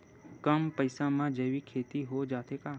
कम पईसा मा जैविक खेती हो जाथे का?